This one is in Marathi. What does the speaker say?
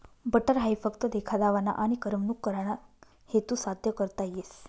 बटर हाई फक्त देखा दावाना आनी करमणूक कराना हेतू साद्य करता येस